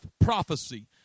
prophecy